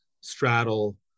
straddle